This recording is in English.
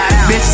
Bitch